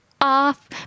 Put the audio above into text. off